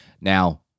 now